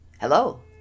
Hello